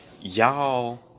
y'all